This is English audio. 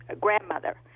grandmother